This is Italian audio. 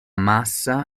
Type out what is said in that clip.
massa